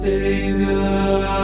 Savior